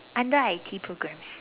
under I_T programs